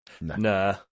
Nah